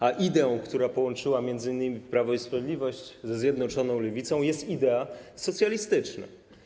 A ideą, która połączyła m.in. Prawo i Sprawiedliwość ze zjednoczoną Lewicą, jest idea socjalistyczna.